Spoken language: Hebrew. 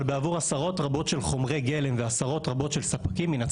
מן הצד שני בעבור עשרות רבות של חומרי גלם ועשרות רבות של ספקים.